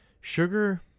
sugar